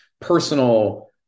personal